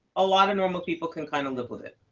a lot of normal people can kind of live with it.